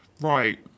Right